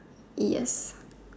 yes